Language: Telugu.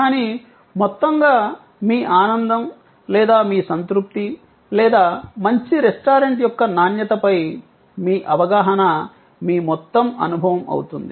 కానీ మొత్తంగా మీ ఆనందం లేదా మీ సంతృప్తి లేదా మంచి రెస్టారెంట్ యొక్క నాణ్యతపై మీ అవగాహన మీ మొత్తం అనుభవం అవుతుంది